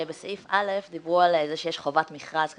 בסעיף (א) דיברו על זה שיש חובת מכרז.